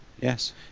Yes